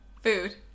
Food